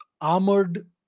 armored